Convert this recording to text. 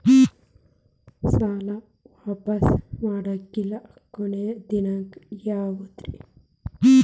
ಸಾಲಾ ವಾಪಸ್ ಮಾಡ್ಲಿಕ್ಕೆ ಕೊನಿ ದಿನಾಂಕ ಯಾವುದ್ರಿ?